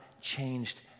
changed